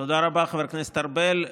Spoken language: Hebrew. תודה רבה, חבר הכנסת ארבל.